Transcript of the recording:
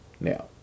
Now